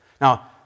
Now